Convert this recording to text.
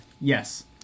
yes